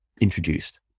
introduced